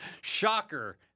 Shocker